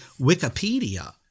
Wikipedia